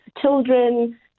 children